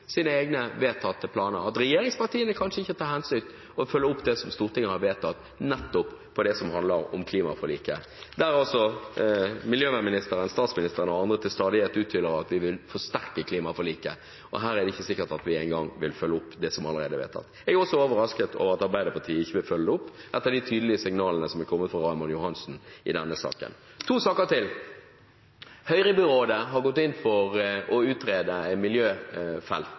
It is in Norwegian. sine egne vedtatte planer, at regjeringspartiene kanskje ikke har til hensikt å følge opp det Stortinget har vedtatt om det som handler om klimaforliket – der altså miljøministeren, statsministeren og andre til stadighet uttrykker at de vil forsterke klimaforliket. Her er det ikke sikkert at vi engang vil følge opp det som allerede er vedtatt. Jeg er også overrasket over at Arbeiderpartiet ikke vil følge det opp etter de tydelige signalene som er kommet fra Raymond Johansen i denne saken. Én sak til: Høyrebyrådet har gått inn for å utrede miljøfelt